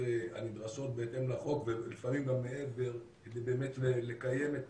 הנדרשות בהתאם לחוק ולפעמים גם מעבר כדי באמת לקיים את